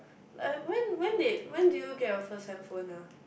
like when when did when did you get your first handphone ah